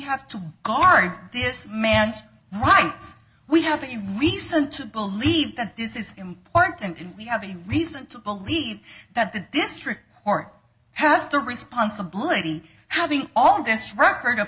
have to guard this man's rights we have a reason to believe that this is important and we have a reason to believe that the district or has the responsibility how the all this record of